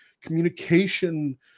communication